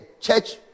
church